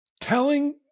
Telling